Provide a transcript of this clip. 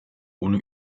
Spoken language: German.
ohne